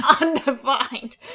undefined